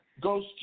goes